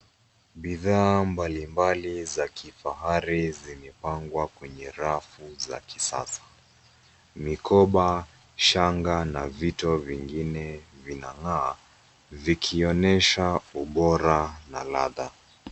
Bidhaa mbalimbali za kifahari zimepangwa kwenye rafu za kisasa. Mikoba, shanga na vito vingine vinan'gaa, vikionyesha ubora na ladha.